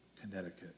Connecticut